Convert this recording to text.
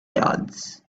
yards